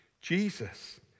Jesus